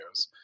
videos